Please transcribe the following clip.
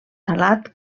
salat